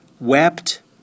Wept